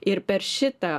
ir per šitą